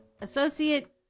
Associate